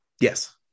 Yes